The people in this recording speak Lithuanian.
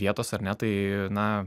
vietos ar ne tai na